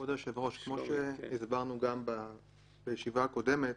כבוד היושב-ראש, כמו שהסברנו גם בישיבה הקודמת,